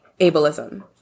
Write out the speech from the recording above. ableism